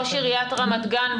ראש עיריית רמת גן,